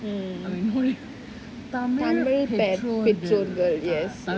mm mm Tamil பெற்றோர்கள்:tamil petrorgal yes yes